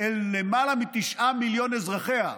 ללמעלה מתשעה מיליון אזרחיה,